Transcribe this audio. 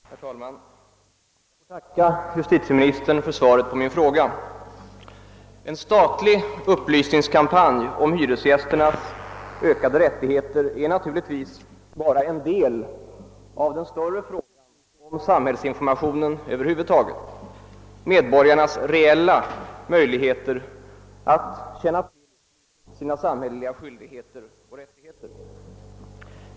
Herr talman! Jag ber att få tacka justitieministern för svaret på min fråga. En statlig upplysningskampanj om hyresgästernas ökade rättigheter är naturligtvis bara en del av den större frågan om samhällsinformation över huvud taget och om medborgarnas reella möjligheter att känna till sina samhälleliga skyldigheter och rättigheter.